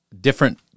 different